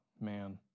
man